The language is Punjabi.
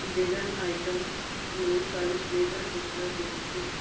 ਵਿਗਨ ਆਇਟਮਸ ਨੂੰ ਕੱਲ੍ਹ ਡਿਲੀਵਰ ਕੀਤਾ ਗਿਆ ਸੀ